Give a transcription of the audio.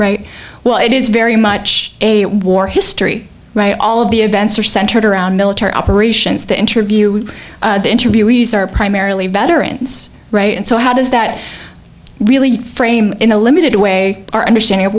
veterans well it is very much a war history right all of the events are centered around military operations the interview interviewees are primarily veterans right and so how does that really frame in a limited way our understanding of